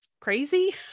crazy